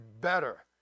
better